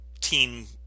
team